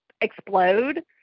explode